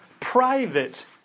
Private